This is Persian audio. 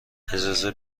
اجازه